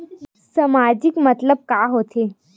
सामाजिक मतलब का होथे?